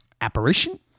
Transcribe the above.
apparition